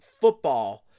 football